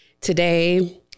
Today